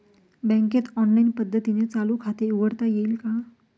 बँकेत ऑनलाईन पद्धतीने चालू खाते उघडता येईल का?